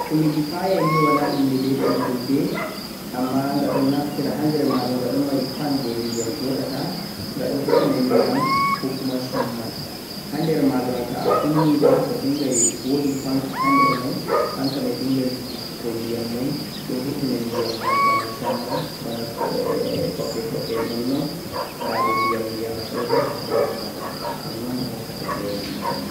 humudi fire nei wala inde be fulfulde amma ghadon naftira hander ma gha ghadon mari tank der diyam joddata ghadon burtenam diyam ko kuma shamman hander magha mei a kunni gha ghadinghai woodi fanka hander mei ghadinghan bifukum diyam mei don burtenam diyam boona shammam boona koyal tobbi-tobbel non-non bade diyam don burta haa banduu magha non-non gha hokkata fewal